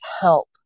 help